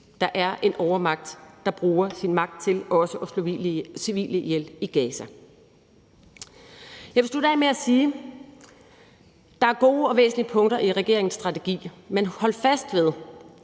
der er en overmagt, der bruger sin magt til også at slå civile ihjel i Gaza. Jeg vil slutte af med at sige, at der er gode og væsentlige punkter i regeringens strategi, men hold fast ved,